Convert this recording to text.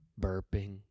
Burping